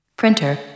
Printer